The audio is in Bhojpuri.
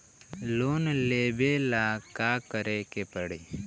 लोन लेबे ला का करे के पड़ी?